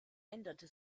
änderte